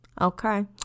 Okay